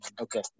Okay